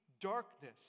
darkness